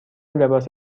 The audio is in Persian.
لباس